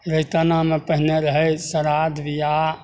मलिकानामे पहिने रहै श्राद्ध बिआह